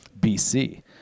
BC